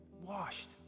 washed